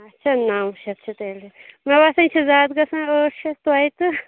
اَچھا نو شتھ چھِ تیٚلہِ مےٚ باسان یہِ چھُ زیادٕ گَژھان ٲٹھ شتھ توتہِ